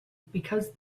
because